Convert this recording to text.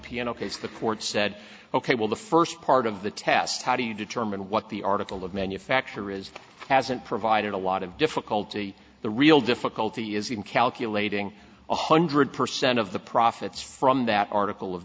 piano case the court said ok well the first part of the test how do you determine what the article of manufacture is hasn't provided a lot of difficulty the real difficulty is in calculating one hundred percent of the profits from that article of